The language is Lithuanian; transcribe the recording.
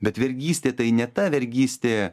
bet vergystė tai ne ta vergystė